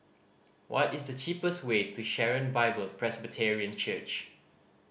what is the cheapest way to Sharon Bible Presbyterian Church